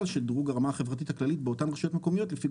של דירוג הרמה החברתית הכלכלית באותן רשויות מקומיות לפי